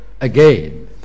again